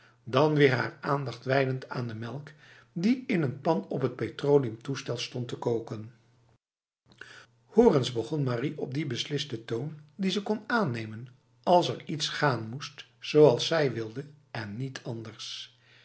dan weer haar aandacht wijdend aan de melk die in een pan op t petroleumtoestel stond te koken hoor eens begon marie op die besliste toon die ze kon aannemen als er iets gaan moest zoals zij wilde en niet anders